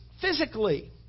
physically